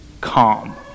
calm